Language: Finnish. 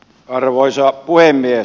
arvoisa puhemies